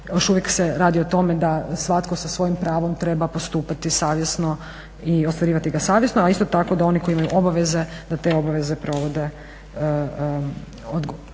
uvijek se radi o tome da svatko sa svojim pravom treba postupati savjesno i ostvarivati ga savjesno, a isto tako da oni koji imaju obaveze da te obaveze provode u